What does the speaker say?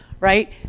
Right